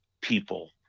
people